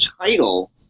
title